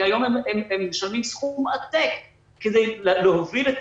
כי היום הם משלמים סכום עתק כדי להוביל את